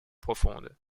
profondes